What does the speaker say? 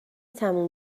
تموم